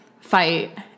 fight